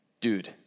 Dude